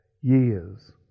years